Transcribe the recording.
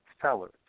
sellers